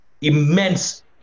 immense